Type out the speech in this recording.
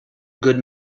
good